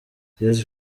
yesu